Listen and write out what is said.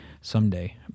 someday